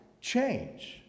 change